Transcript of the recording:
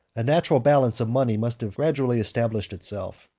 a natural balance of money must have gradually established itself.